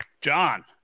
John